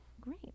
Great